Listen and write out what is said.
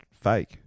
fake